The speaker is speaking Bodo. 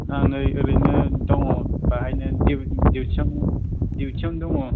आङो ओरैनो दङ बेहायनो दिउथियावनो दिउतियावनो दङ